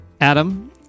Adam